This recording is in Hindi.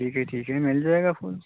ठीक है ठीक है मिल जाएगा फूल